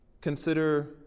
Consider